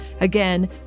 Again